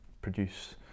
produce